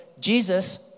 Jesus